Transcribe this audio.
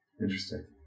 interesting